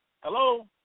Hello